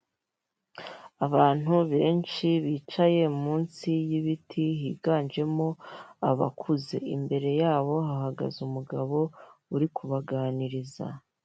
Abantu benshi bicaye munsi y'ibiti higanjemo abakuze, imbere yabo hahagaze umugabo uri kubaganiriza.